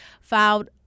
filed